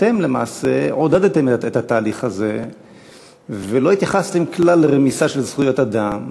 אתם למעשה עודדתם את התהליך הזה ולא התייחסתם כלל לרמיסה של זכויות אדם.